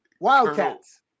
wildcats